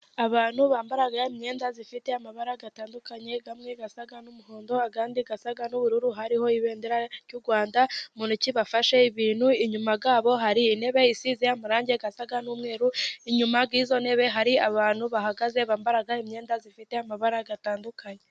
Abantu bambara imyenda ifite amabara atandukanye, amwe asa n'umuhondo ayandi asa n'ubururu, hariho ibendera ry'u Rwanda mu ntoki bafashe ibintu, inyuma yabo hari intebe isize amarange asa n'umweru, inyuma y'izo ntebe hari abantu bahagaze bambara imyenda ifite amabara atandukanye.